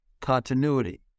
continuity